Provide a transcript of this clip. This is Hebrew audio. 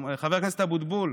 חבר הכנסת אבוטבול,